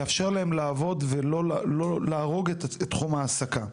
לאפשר להם לעבוד ולא להרוג את תחום העסקה.